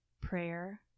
prayer